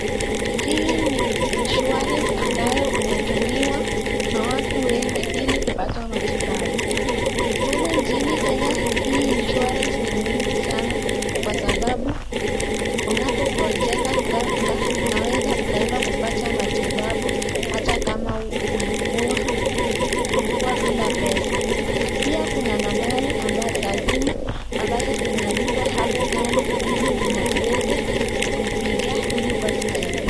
Hii ni insurance ambayo inatumiwa na watu wengi ili kupata matibabu. Humu nchini Kenya hii insurance ni muhimu sana kwa sababu unapogonjeka ghafla unaweza ukaenda kupata matibabu hata kama ulikuwa bila pesa. Pia kuna nambari za simu ambazo zimeandikwa hapo kando ili uweze kupiga ili upate usaidizi.